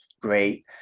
great